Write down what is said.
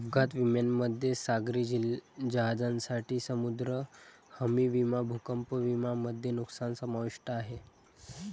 अपघात विम्यामध्ये सागरी जहाजांसाठी समुद्री हमी विमा भूकंप विमा मध्ये नुकसान समाविष्ट आहे